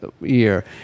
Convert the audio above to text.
year